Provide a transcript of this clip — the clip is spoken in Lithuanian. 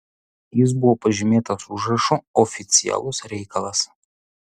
jis buvo pažymėtas užrašu oficialus reikalas